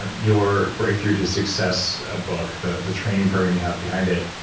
ah your breakthrough to success ah book, the the training program you have behind it.